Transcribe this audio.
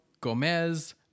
Gomez